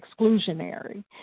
exclusionary